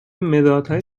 مدادهای